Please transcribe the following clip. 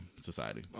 society